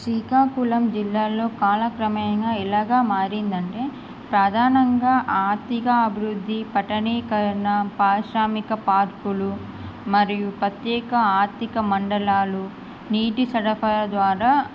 శ్రీకాకుళం జిల్లాలో కాలక్రమేణా ఎలాగా మారింది అంటే ప్రధానంగా ఆర్ధిక అభివృద్ధి పట్టణీకరణ పారిశ్రామిక పార్కులు మరియు ప్రత్యేక ఆర్థిక మండలాలు నీటి సరఫరా ద్వారా